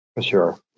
Sure